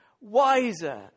wiser